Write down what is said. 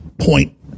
point